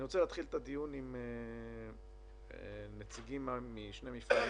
אני רוצה להתחיל את הדיון עם נציגים משני מפעלים.